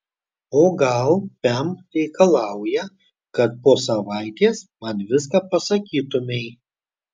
o gal pem reikalauja kad po savaitės man viską pasakytumei